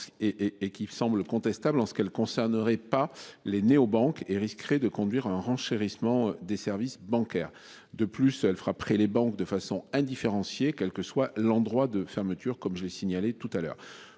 et qui semble contestable en ce qu'elle concernerait pas les néobanques et risquerait de conduire à un renchérissement des services bancaires. De plus elle frapperait les banques de façon indifférenciée, quelle que soit l'endroit de fermeture comme je l'ai signalé tout à l'heure.